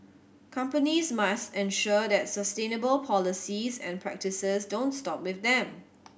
companies must ensure that sustainable policies and practices don't stop with them